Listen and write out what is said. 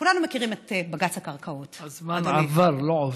כולנו מכירים את בג"ץ הקרקעות, הזמן עבר, לא עובר.